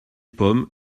pommes